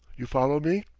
you follow me?